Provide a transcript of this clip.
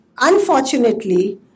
unfortunately